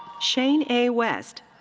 shane a. west.